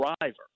driver